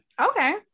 okay